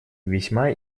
весьма